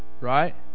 right